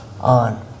on